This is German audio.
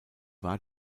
war